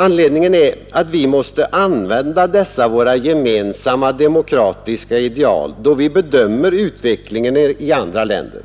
Anledningen är att vi måste använda dessa våra gemensamma demokratiska ideal, då vi bedömer utvecklingen i andra länder.